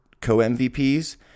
co-MVPs